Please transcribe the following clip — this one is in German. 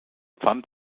pfand